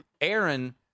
Aaron